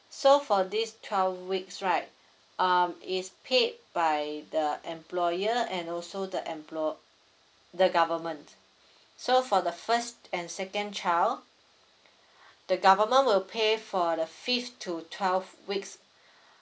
so for these twelve weeks right um is paid by the employer and also the emplo~ the government so for the first and second child the government will pay for the fifth to twelfth weeks